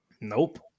Nope